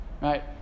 Right